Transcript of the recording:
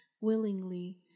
willingly